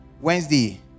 Wednesday